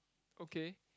okay